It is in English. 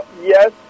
yes